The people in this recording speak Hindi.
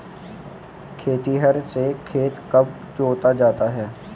खेतिहर से खेत कब जोता जाता है?